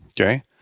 Okay